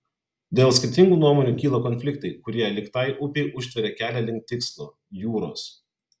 dėl skirtingų nuomonių kyla konfliktai kurie lyg tai upei užtveria kelią link tikslo jūros